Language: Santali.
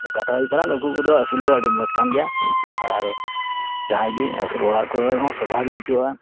ᱛᱳ ᱠᱟᱛᱷᱟ ᱦᱩᱭᱩᱜ ᱠᱟᱱᱟ ᱱᱩᱠᱩ ᱠᱚᱫᱚ ᱟᱹᱥᱩᱞ ᱫᱚ ᱟᱹᱰᱤ ᱢᱚᱡᱽ ᱠᱟᱱ ᱜᱮᱭᱟ ᱟᱨ ᱡᱟᱦᱟᱸᱭ ᱜᱮ ᱟᱹᱥᱩᱞ ᱚᱲᱟᱜ ᱠᱚᱨᱮ ᱦᱚᱸ ᱥᱚᱵᱷᱟ ᱜᱮ ᱟᱹᱭᱠᱟᱹᱜᱼᱟ